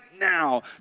now